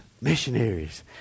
missionaries